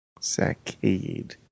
Saccade